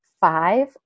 five